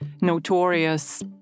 notorious